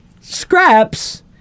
scraps